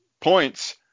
points